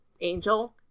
Angel